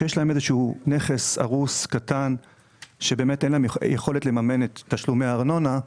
שיש להם נכס הרוס קטן שאין להם יכולת לממן את תשלומי הארנונה שלו,